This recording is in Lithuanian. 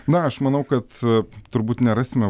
na aš manau kad turbūt nerasime